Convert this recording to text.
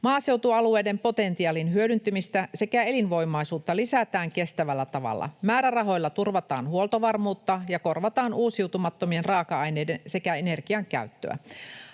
maaseutualueiden potentiaalin hyödyntämistä sekä elinvoimaisuutta lisätään kestävällä tavalla. Määrärahoilla turvataan huoltovarmuutta ja korvataan uusiutumattomien raaka-aineiden sekä energian käyttöä.